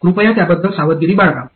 कृपया त्याबद्दल सावधगिरी बाळगा